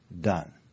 done